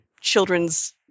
children's